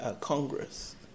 Congress